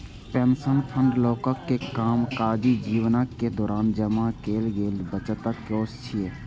pension fund लोकक कामकाजी जीवनक दौरान जमा कैल गेल बचतक कोष छियै